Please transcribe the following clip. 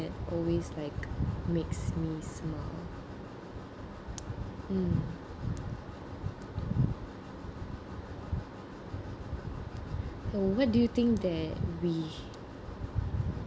always like makes me smile mm uh what do you think that we